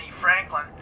Franklin